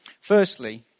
Firstly